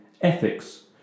ethics